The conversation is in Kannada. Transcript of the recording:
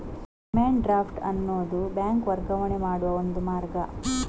ಡಿಮ್ಯಾಂಡ್ ಡ್ರಾಫ್ಟ್ ಅನ್ನುದು ಬ್ಯಾಂಕ್ ವರ್ಗಾವಣೆ ಮಾಡುವ ಒಂದು ಮಾರ್ಗ